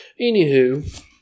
Anywho